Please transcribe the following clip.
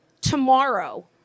tomorrow